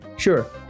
Sure